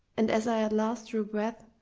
and as i at last drew breath,